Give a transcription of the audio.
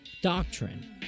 doctrine